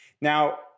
Now